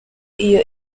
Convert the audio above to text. iyo